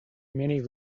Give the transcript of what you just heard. many